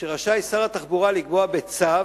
שרשאי שר התחבורה לקבוע בצו